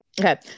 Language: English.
Okay